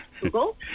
Google